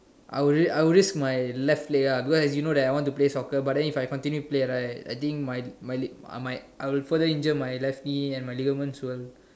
I will raise I will raise my left leg ah because as you know that I want to play soccer but then if I continue to play right I think my my I my I will further injure my left knee and my ligaments will